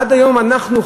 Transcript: עד היום אנחנו,